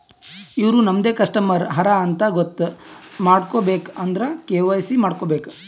ಇವ್ರು ನಮ್ದೆ ಕಸ್ಟಮರ್ ಹರಾ ಅಂತ್ ಗೊತ್ತ ಮಾಡ್ಕೋಬೇಕ್ ಅಂದುರ್ ಕೆ.ವೈ.ಸಿ ಮಾಡ್ಕೋಬೇಕ್